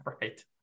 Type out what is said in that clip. right